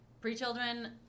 pre-children